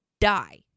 die